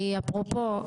כי אפרופו,